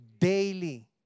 daily